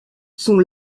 son